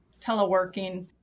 teleworking